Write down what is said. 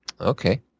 Okay